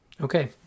Okay